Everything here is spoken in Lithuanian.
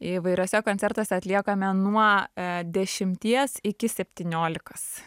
įvairiuose koncertuose atliekame nuo dešimties iki septyniolikos